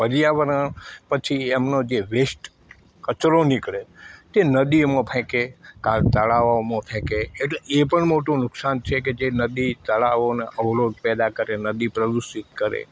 પર્યાવરણ પછી એમનો જે વેસ્ટ કચરો નિકળે તે નદીઓમાં ફેંકે કાં તળાવોમાં ફેંકે એટલે એ પણ મોટું નુકસાન છે કે જે નદી તળાવોને અવરોધ પેદા કરે નદી પ્રદુષિત કરે